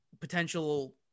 potential